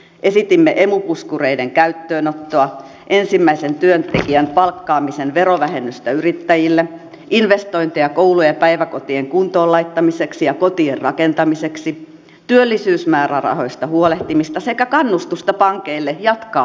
esitimme emu puskureiden käyttöönottoa ensimmäisen työntekijän palkkaamisen verovähennystä yrittäjille investointeja koulujen ja päiväkotien kuntoon laittamiseksi ja kotien rakentamiseksi työllisyysmäärärahoista huolehtimista sekä kannustusta pankeille jatkaa lyhennysvapaitaan